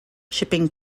shipping